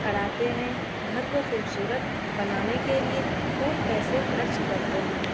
کراتے ہیں گھر کو خوبصورت بنانے کے لیے خوب پیسے خرچ کرتے ہیں